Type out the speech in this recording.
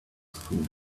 food